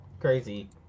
Crazy